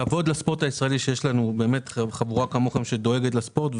כבוד לספורט הישראלי שיש לנו באמת חבורה כמוכם שדואגת לספורט.